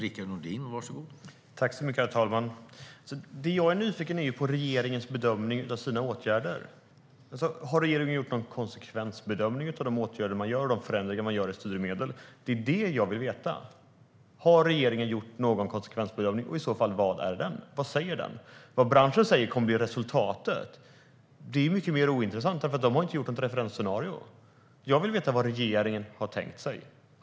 Herr talman! Jag är nyfiken på regeringens bedömning av sina åtgärder. Har regeringen gjort någon konsekvensanalys av de åtgärder som de vidtar och de förändringar som de gör av styrmedel? Det är det som jag vill veta. Har regeringen gjort någon konsekvensanalys, och i så fall vad säger den? Det är mycket mer ointressant vad branschen säger kommer att bli resultatet, eftersom de inte har gjort något referensscenario. Jag vill veta vad regeringen har tänkt sig.